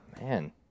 Man